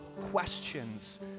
questions